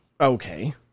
Okay